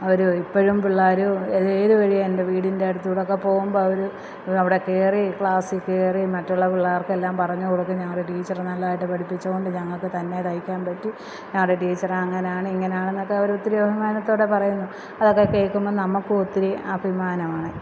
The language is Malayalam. അവര് ഇപ്പഴും പിള്ളേര് എതേത് വഴിയെ എന്റെ വീടിന്റ അടുത്ത് കൂടെ ഒക്കെ പോകുമ്പോൾ അവര് അവിടെ കയറി ക്ലാസ്സില് കയറി മറ്റുള്ള പിള്ളേര്ക്കെല്ലാം പറഞ്ഞ് കൊടുക്കും ഞങ്ങളുടെ ടീച്ചറ് നല്ലതായിട്ട് പഠിപ്പിച്ചതുകൊണ്ട് ഞങ്ങൾക്ക് തന്നെ തയിക്കാൻ പറ്റി ഞങ്ങളുടെ ടീച്ചറ് അങ്ങനെ ആണ് ഇങ്ങനെയാണ് എന്നൊക്കെ അവരൊത്തിരി ബഹുമാനത്തോട് പറയുന്നു അതൊക്കെ കേൾക്കുമ്പം നമുക്കും ഒത്തിരി അഭിമാനമാണ്